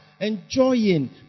Enjoying